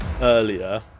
earlier